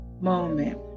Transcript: Moment